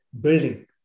building